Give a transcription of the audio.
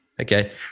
okay